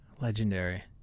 Legendary